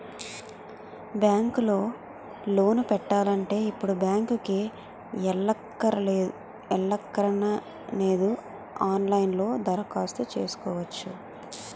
bank లో loan పెట్టాలంటే ఇప్పుడు బ్యాంకుకి ఎల్లక్కరనేదు ఆన్ లైన్ లో దరఖాస్తు సేసుకోవచ్చును